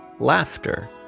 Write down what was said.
Laughter